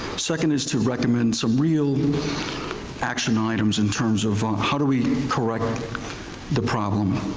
second is to recommend some real action items in terms of how do we correct the problem,